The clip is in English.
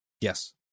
Yes